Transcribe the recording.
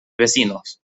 vecinos